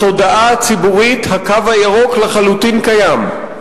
בתודעה הציבורית "הקו הירוק" לחלוטין קיים.